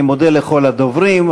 אני מודה לכל הדוברים,